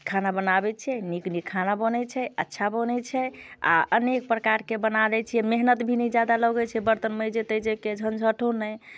खाना बनाबैत छियै नीक नीक खाना बनैत छै अच्छा बनैत छै आ अनेक प्रकारके बनाबैत छियै मेहनत भी नहि ज्यादा लगैत छै बर्तन मँजै तँजैके झञ्झटो नहि